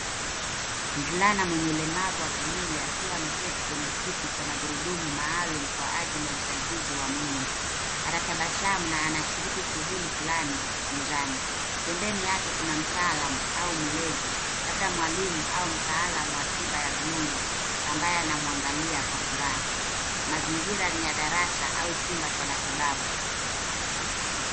Mvulana mwenye ulemavu wa kimwili akiwa ameketi kwenye kiti cha magurudumu maalum kwa ajili ya usaidizi wa mwili. Anatabasamu na anashiriki shughuli fulani mezani. Pembeni yake kuna mtaalam au mlezi labda mwalimu au mtaalam wa tiba ya viungo ambaye anamwangalia kwa furaha. Mazingira ni ya darasa au chumba cha matibabu.